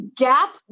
gap